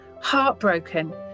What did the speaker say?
heartbroken